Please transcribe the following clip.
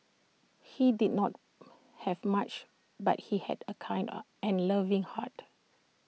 he did not have much but he had A kind up and loving heart